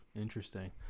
Interesting